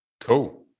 Cool